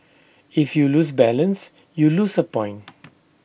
if you lose balance you lose A point